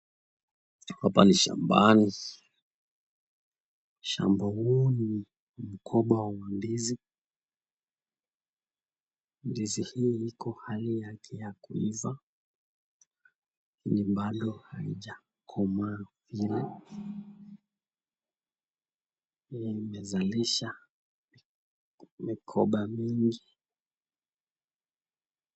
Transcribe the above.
Hapa ni shambani. Shamba huu ni mkoba wa ndizi. Ndizi hii iko hali yake ya kuiva lakini bado haijakomaa vile. Hii imezalisha mikoba mingi.